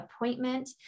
appointment